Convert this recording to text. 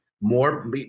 more